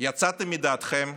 יצאתם מדעתכם?